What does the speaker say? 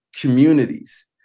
communities